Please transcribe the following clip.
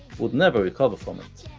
would never recover from it.